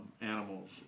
animals